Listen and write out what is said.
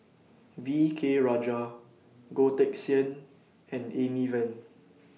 V K Rajah Goh Teck Sian and Amy Van